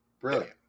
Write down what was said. Brilliant